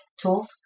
tools